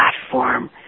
platform